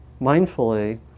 mindfully